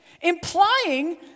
implying